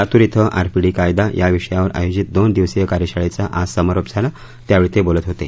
लातूर इथं आरपीडी कायदा या विषयावर आयोजित दोन दिवसीय कायशाळेचा आज समारोप झाला यावेळी ते बोलत होते